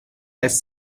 has